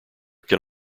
can